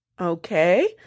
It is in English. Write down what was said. okay